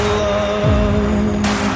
love